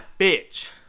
bitch